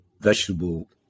vegetable